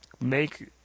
make